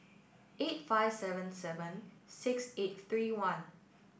eight five seven seven six eight three one